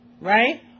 right